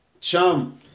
Chum